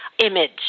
image